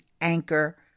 anchor